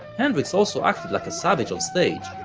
hendrix also acted like a savage onstage,